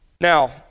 Now